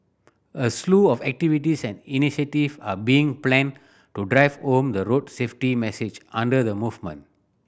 a slew of activities and initiative are being planned to drive home the road safety message under the movement